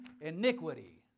iniquity